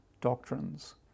doctrines